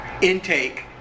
intake